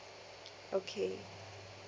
okay